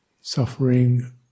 Suffering